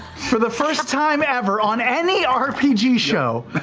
for the first time and ever on any rpg show,